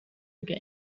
game